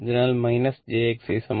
അതിനാൽ jXC jω C